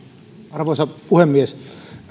arvoisa puhemies